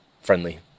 friendly